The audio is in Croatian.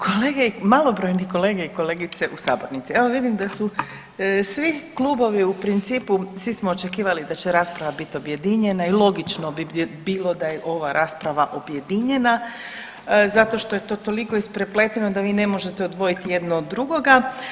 Kolege, malobrojni kolege i kolegice u sabornici, evo vidim da su svi klubovi u principu, svi smo očekivali da će rasprava biti objedinjena i logično bi bilo da je ova rasprava objedinjena zato što je to toliko isprepleteno da vi ne možete odvojiti jedno od drugoga.